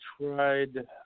tried